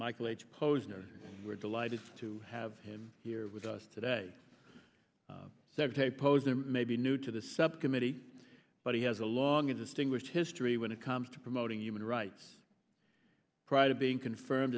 michael h posner we're delighted to have him here with us today so it's typos and may be new to the subcommittee but he has a long and distinguished history when it comes to promoting human rights prior to being confirmed